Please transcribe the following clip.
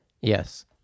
Yes